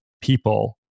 people